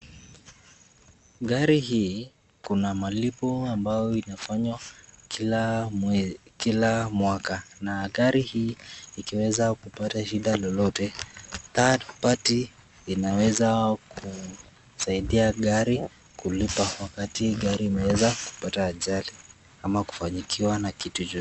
Gari hii, kuna malipo ambao inafanywa kila mwaka na gari hii ikiweza kupata shida lolote third party inaweza kusaidia gari kulipa wakati gari imeweza kupata ajali ama kufanyikiwa na kitu chochote.